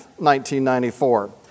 1994